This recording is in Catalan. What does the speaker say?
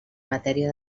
matèria